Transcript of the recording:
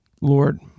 Lord